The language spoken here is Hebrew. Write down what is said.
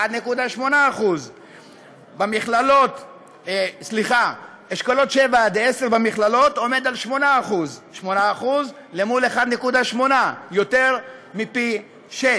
1.8%. אשכולות 7 10 במכללות עומד על 8%. 8% למול 1.8%. יותר מפי-שישה.